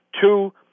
two